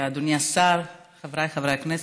אדוני השר, חבריי חברי הכנסת,